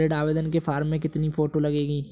ऋण आवेदन के फॉर्म में कितनी फोटो लगेंगी?